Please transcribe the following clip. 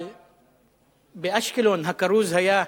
אבל באשקלון הכרוז היה,